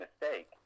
mistake